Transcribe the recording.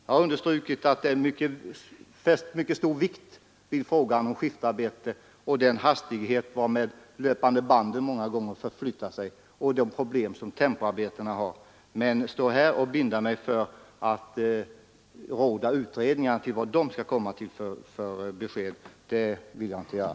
Jag har understrukit att det fästs mycket stor vikt vid frågan om skiftarbete, om den hastighet varmed löpande band rör sig och om de problem som tempoarbetarna har, men råda utredningar till vad de skall dra för slutsatser vill jag inte göra.